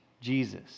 Jesus